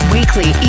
Weekly